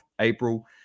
April